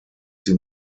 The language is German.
sie